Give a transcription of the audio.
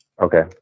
Okay